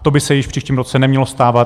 To by se již v příštím roce nemělo stávat.